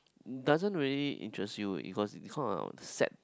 doesn't really interest you because it it's kind of on sad